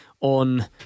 on